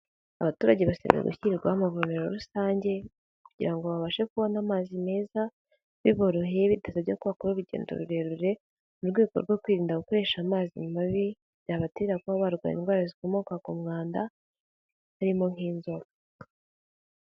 Abaturage basabwa gushyirwa mu mavuriro rusange kugira ngo babashe kubona amazi meza biboroheye, bidasabye ko bakora urugendo rurerure, mu rwego rwo kwirinda gukoresha amazi mabi byabatera kuba barwaye indwara zikomoka ku mwanda, harimo nk'inzoka.